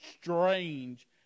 strange